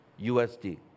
USD